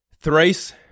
Thrice